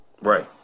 Right